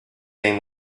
game